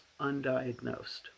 undiagnosed